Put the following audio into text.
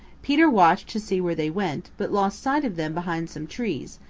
peter watched to see where they went, but lost sight of them behind some trees,